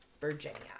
Virginia